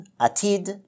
Atid